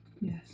Yes